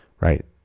right